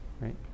Right